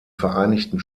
vereinigten